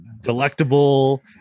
Delectable